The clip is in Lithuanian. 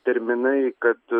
terminai kad